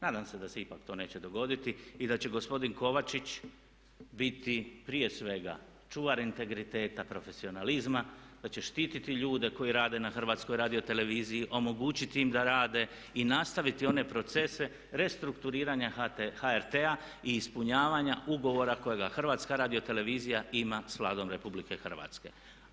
Nadam se da se ipak to neće dogoditi i da će gospodin Kovačić biti prije svega čuvar integriteta profesionalizma, da će štititi ljude koji rade na HRT-u, omogućiti im da rade i nastaviti one procese restrukturiranja HRT-a i ispunjavanja ugovora kojega HRT ima s Vladom Republike Hrvatske.